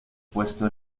puesto